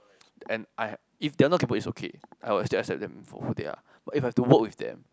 and I if they are not capable is okay I will just ask them for who they are but if I have to work with them